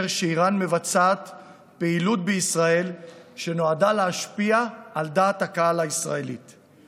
מפאת רגישות החומר, אני לא אוכל להתייחס לכולו כאן